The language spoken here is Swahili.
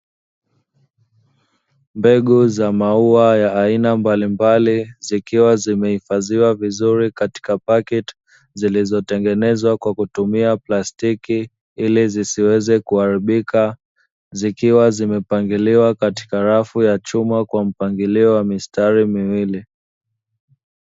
Mbegu za maua ya aina mbalimbali, zikiwa zimehifadhiwa vizuri katika paketi zilizotengenezwa kwa kutumia plastiki, ili zisiweze kuharibika, zikiwa zimepangiliwa katika rafu ya chuma kwa mpangilio wa mistari miwili.